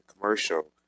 commercial